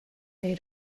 they